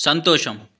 సంతోషం